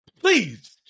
Please